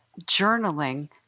journaling